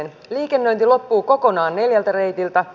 liikennöinti loppuu kokonaan neljältä reitiltä